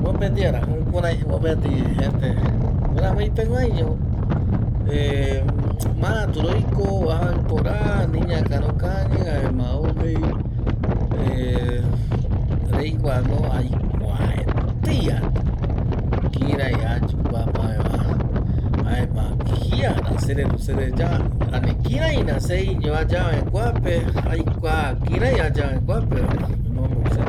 Mopeti ara jukurai mopeti jete miramii peguaiño eh maratu ra oiko ojavaipora ani iñaka ra okañi jaema ou jei eh, reikua no Aikuaa etei atu kirai ayu kuape avae va, jaema kiara sereru sereya ani kiraira se iño ayu avae kuape, aikuaa kirai ayu avae kuapeva emombeu se